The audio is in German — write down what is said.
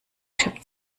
typ